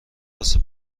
واسه